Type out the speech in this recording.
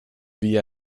via